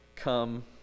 Come